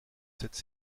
cette